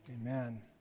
Amen